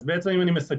אז בעצם אם אני מסכם,